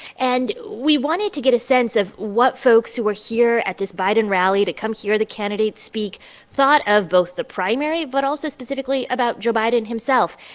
and we wanted to get a sense of what folks who are here at this biden rally to come here the candidate speak thought of both the primary but also, specifically, about joe biden himself.